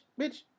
Bitch